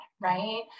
right